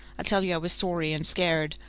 i tell you i was sorry and scared.